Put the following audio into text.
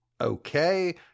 okay